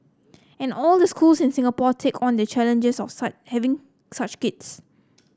and all the schools in Singapore take on the challenges of having such kids